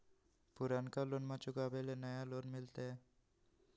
पुर्नका लोनमा चुकाबे ले नया लोन मिलते?